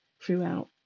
throughout